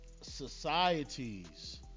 societies